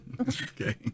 Okay